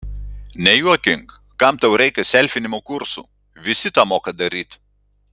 nejuokink kam tau reikia selfinimo kursų visi tą moka daryt